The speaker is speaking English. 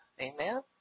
Amen